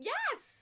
Yes